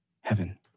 heaven